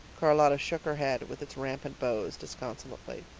charlotta shook her head, with its rampant bows, disconsolately.